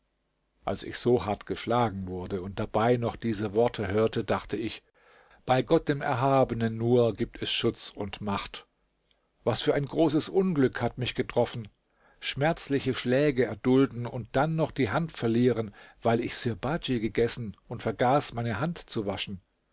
als ich so hart geschlagen wurde und dabei noch diese worte hörte dachte ich bei gott dem erhabenen nur gibt es schutz und macht was für ein großes unglück hat mich getroffen schmerzliche schläge erdulden und dann noch die hand verlieren weil ich sirbadj gegessen und vergaß meine hand zu waschen